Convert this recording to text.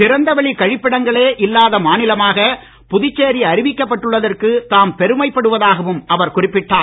திறந்தவெளி கழிப்பிடங்களே இல்லாத மாநிலமாக புதுச்சேரி அறிவிக்கப்பட்டுள்ளதற்கு தாம் பெருமைப்படுவதாகவும் அவர் குறிப்பிட்டார்